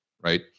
right